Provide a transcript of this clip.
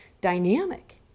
dynamic